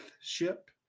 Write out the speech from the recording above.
ship